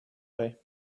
way